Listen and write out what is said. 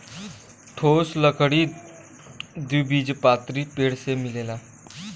ठोस लकड़ी द्विबीजपत्री पेड़ से मिलेला